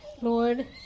Lord